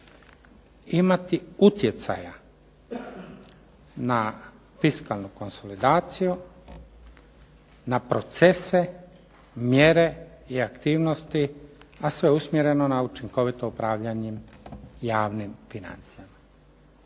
imati utjecaja na fiskalnu konsolidaciju, na procese, mjere i aktivnosti, a sve usmjereno na učinkovito upravljanje javnim financijama.